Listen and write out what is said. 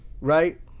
right